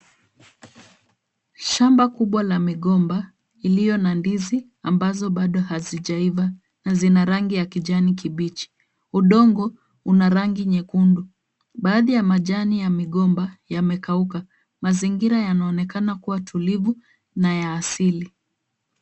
Shamba kubwa la migomba iliyo na ndizi ambazo bado hazijaiva na zina rangi ya kijani kibichi. Udongo una rangi nyekundu. Baadhi ya majani ya migomba yamekauka. Mazingira yanaonekana kuwa tulivu na ya asili.